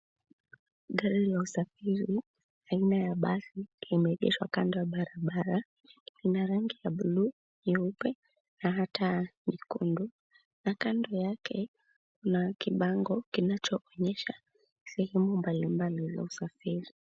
Hili ni gari la usafiri, linaegeshwa kando ya barabara. Gari hizi zina rangi tofauti kama bluu, nyeupe, na hata nyekundu. Kando ya gari kuna bango linaloonyesha habari mbalimbali kuhusu usafiri huu.